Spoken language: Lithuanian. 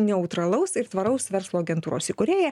neutralaus ir tvaraus verslo agentūros įkūrėja